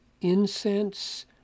incense